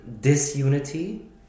disunity